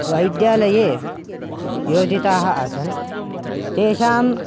वैद्यालये योजिताः आसन् तेषां